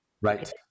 Right